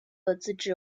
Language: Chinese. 自治